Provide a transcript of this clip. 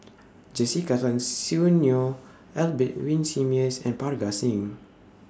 Jessica Tan Soon Neo Albert Winsemius and Parga Singh